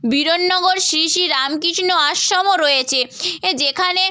বিধাননগর শ্রী শ্রী রামকৃষ্ণ আশ্রমও রয়েছে এ যেখানে